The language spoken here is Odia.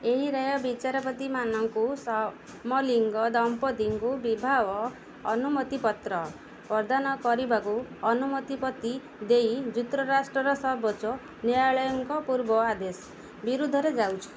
ଏହି ରାୟ ବିଚାରପତିମାନଙ୍କୁ ସମଲିଙ୍ଗୀ ଦମ୍ପତିଙ୍କୁ ବିବାହ ଅନୁମତିପତ୍ର ପ୍ରଦାନ କରିବାକୁ ଅନୁମତି ପତି ଦେଇ ଯୁକ୍ତରାଷ୍ଟ୍ରର ସର୍ବୋଚ୍ଚ ନ୍ୟାୟାଳୟଙ୍କ ପୂର୍ବ ଆଦେଶ ବିରୁଦ୍ଧରେ ଯାଉଛି